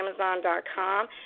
Amazon.com